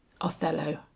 othello